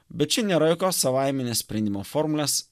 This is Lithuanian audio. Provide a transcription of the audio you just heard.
bet čia nėra jokios savaiminės sprendimo formulės